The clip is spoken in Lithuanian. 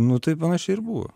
nu tai panašiai ir buvo